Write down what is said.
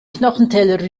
knochenteller